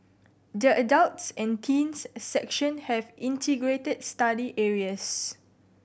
the adults and teens section have integrated study areas